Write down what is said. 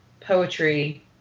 poetry